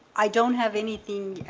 i don't have anything